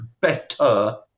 better